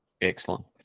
Excellent